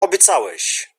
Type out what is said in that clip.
obiecałeś